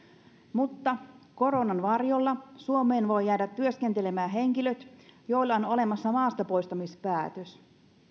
mutta koronan varjolla suomeen voivat jäädä työskentelemään henkilöt joilla on olemassa maastapoistamispäätös